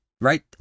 right